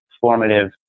formative